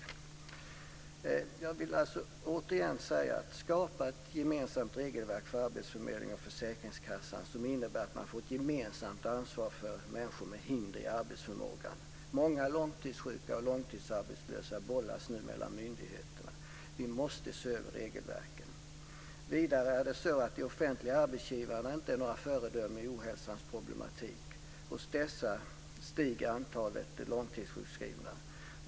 Återigen vill jag säga att det handlar om att skapa ett gemensamt regelverk för arbetsförmedlingen och försäkringskassan som innebär att man får ett gemensamt ansvar för människor med hinder i arbetsförmågan. Många långtidssjuka och långtidsarbetslösa bollas nu mellan myndigheterna. Vi måste alltså se över regelverken. Vidare är de offentliga arbetsgivarna inte några föredömen i ohälsans problematik. Hos dessa stiger antalet långtidssjukskrivna.